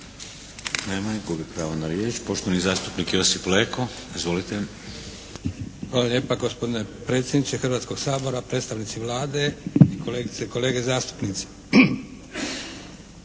Hvala lijepa gospodine predsjedniče Hrvatskog sabora. Predstavnici Vlade i kolegice